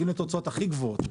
מגיעים לתוצאות הכי גדולות,